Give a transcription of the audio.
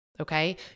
Okay